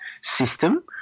system